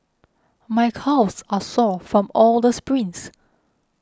my calves are sore from all the sprints